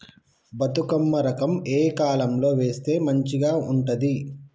బతుకమ్మ రకం ఏ కాలం లో వేస్తే మంచిగా ఉంటది?